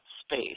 space